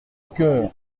cœur